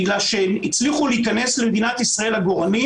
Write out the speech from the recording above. בגלל שהצליחו להיכנס למדינת ישראל עגורנים